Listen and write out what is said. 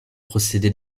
procédé